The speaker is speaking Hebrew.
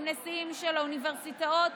עם נשיאים של האוניברסיטאות,